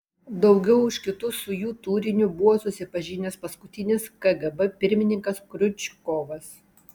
daugiau už kitus su jų turiniu buvo susipažinęs paskutinis kgb pirmininkas kriučkovas